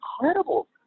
incredible